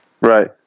Right